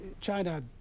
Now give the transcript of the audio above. China